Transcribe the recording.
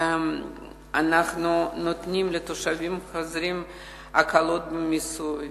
אנחנו נותנים לתושבים חוזרים הקלות במיסוי,